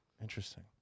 interesting